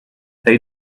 they